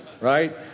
Right